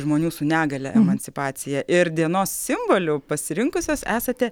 žmonių su negalia emancipacija ir dienos simboliu pasirinkusios esate